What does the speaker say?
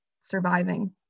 surviving